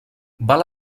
val